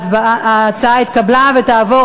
ההצעה התקבלה ותעבור